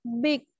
big